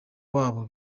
wabo